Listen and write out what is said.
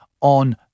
on